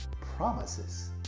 Promises